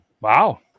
Wow